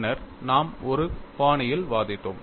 பின்னர் நாம் ஒரு பாணியில் வாதிட்டோம்